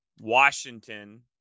Washington